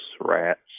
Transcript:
rats